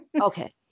Okay